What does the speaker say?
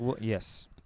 Yes